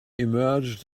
emerged